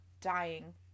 dying